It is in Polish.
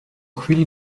chwili